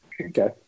okay